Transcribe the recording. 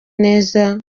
neza